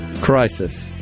crisis